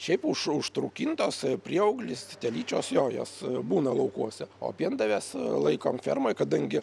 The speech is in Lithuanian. šiaip už užtrukintos prieauglis telyčios jo jos būna laukuose o piendaves laikom fermoj kadangi